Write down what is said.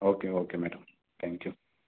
okay okay madam thank you